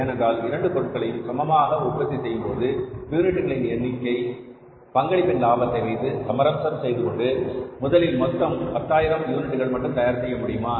ஏனென்றால் 2 பொருட்களையும் சமமாக உற்பத்தி செய்யும் போது யூனிட்களின் எண்ணிக்கை பங்களிப்பின் லாபத்தை வைத்து சமரசம் செய்துகொண்டு முதலில் மொத்தம் பத்தாயிரம் யூனிட்டுகள் மட்டும் தயார் செய்ய முடியுமா